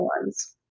ones